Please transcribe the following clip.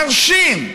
מרשים,